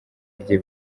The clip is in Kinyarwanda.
rye